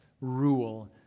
rule